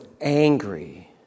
angry